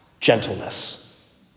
gentleness